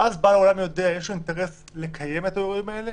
ואז בעל האולם יודע ויש לו אינטרס לקיים את האירועים האלה